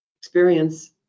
experience